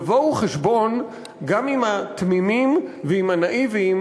יבואו חשבון גם עם התמימים ועם הנאיבים,